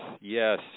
yes